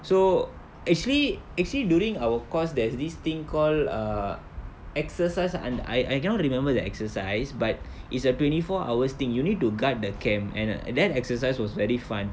so actually actually during our course there's this thing call err exercise an~ I I cannot remember the exercise but it's a twenty four hours thing you need to guard the camp and uh and that exercise was very fun